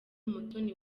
umutoni